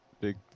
big